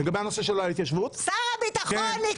שר הביטחון?